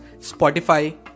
Spotify